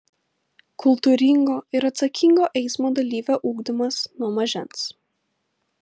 kultūringo ir atsakingo eismo dalyvio ugdymas nuo mažens